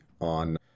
on